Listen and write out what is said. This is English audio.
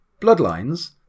bloodlines